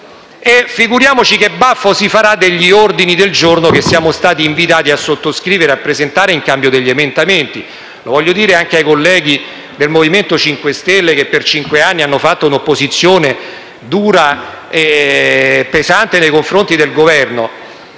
E figuriamoci che baffo si farà degli ordini del giorno che siamo stati invitati a presentare e sottoscrivere in cambio del ritiro degli emendamenti. Voglio dire una cosa ai colleghi del MoVimento 5 Stelle che, per cinque anni, hanno fatto un'opposizione dura e pesante nei confronti del Governo